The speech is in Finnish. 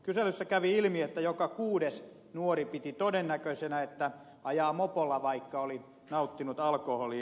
kyselyssä kävi ilmi että joka kuudes nuori piti todennäköisenä että ajaa mopolla vaikka on nauttinut alkoholia